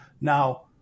Now